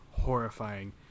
horrifying